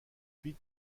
huit